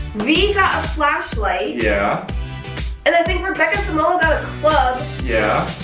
we got a flashlight. yeah and i think rebecca zamolo yeah